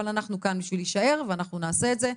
אבל אנחנו כאן בשביל להישאר ואנחנו נעשה את זה.